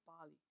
Bali